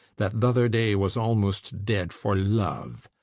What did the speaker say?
that thother day was almost dead for love?